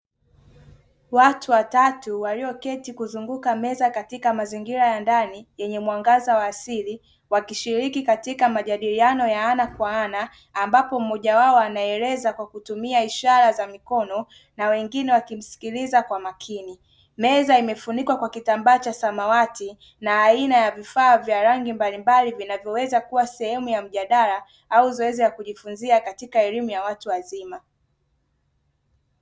Watu watatu walioketi kuzunguka meza katika mazingira ya ndani yenye mwangaza wa asili wakishiriki katika majadiliano ya ana kwa ana ambapo mmoja wao anaeleza kwa kutumia ishara za mikono na wengine wakimsikiliza kwa makini meza imefunikwa kwa kitambaa cha samawati na aina ya vifaa vya rangi mbalimbali vinavyoweza kuwa sehemu ya mjadala au zoezi la kujifunzia katika elimu ya watu wazima.